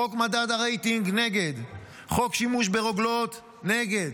חוק מדד הרייטינג, נגד, חוק שימוש ברוגלות, נגד.